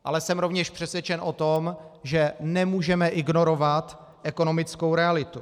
Ale jsem rovněž přesvědčen o tom, že nemůžeme ignorovat ekonomickou realitu.